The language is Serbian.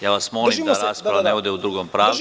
Ja vas molim da rasprava ne ode u drugom pravcu.